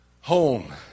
home